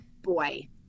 boy